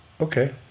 okay